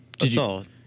Assault